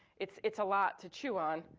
it's it's a lot to chew on.